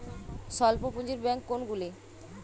স্বল্প পুজিঁর ব্যাঙ্ক কোনগুলি?